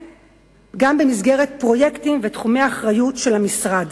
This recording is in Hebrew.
במסגרת פרויקטים ותחומי האחריות של המשרד,